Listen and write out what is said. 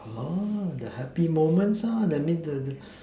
the happy moment that means the the